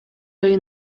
egin